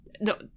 no